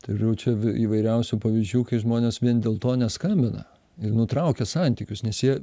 turiu čia įvairiausių pavyzdžių kai žmonės vien dėl to neskambina ir nutraukia santykius nes jie